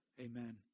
Amen